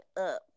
up